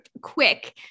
quick